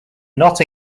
not